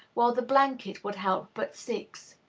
while the blanket would help but six.